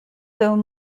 though